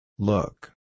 Look